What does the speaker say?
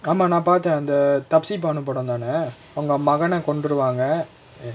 ஆமா நா பாத்த அந்த:aamaa naa paatha antha thapsee pannu படோ தான ஒங்க மகன கொண்டுருவாங்க:pado thaana onga magana konduruvaanga